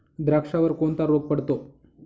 द्राक्षावर कोणता रोग पडतो?